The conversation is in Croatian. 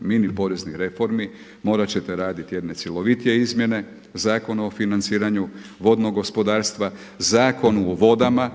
mini poreznih reformi, morat ćete raditi jedne cjelovitije izmjene Zakona o financiranju vodnog gospodarstva, Zakonu o vodama,